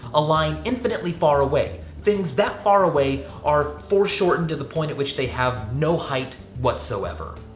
a line infinitely far away. things that far away are foreshortened to the point at which they have no height whatsoever.